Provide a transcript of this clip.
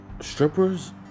Strippers